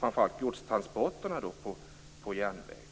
framför allt när det gäller godstransporterna på järnväg.